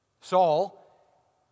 Saul